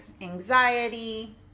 anxiety